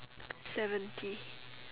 seventy